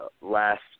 last